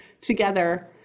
together